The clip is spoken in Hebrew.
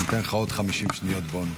אני אתן לך עוד 50 שניות בונוס.